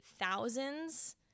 thousands